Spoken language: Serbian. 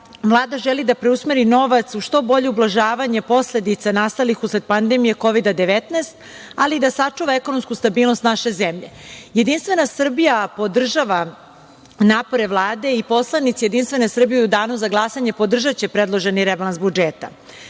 Vlada želi da preusmeri novac u što bolje ublažavanje posledica nastalih usled Kovid-19, ali i da sačuva ekonomsku stabilnost naše zemlje. Jedinstvena Srbija podržava napore Vlade i poslanici JS u danu za glasanje podržaće predloženi rebalans budžeta.